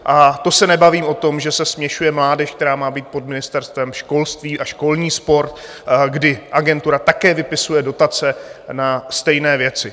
A to se nebavím o tom, že se směšuje mládež, která má být pod Ministerstvem školství, a školní sport, kdy agentura také vypisuje dotace na stejné věci.